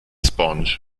sponge